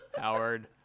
Howard